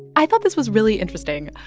i thought this was really interesting.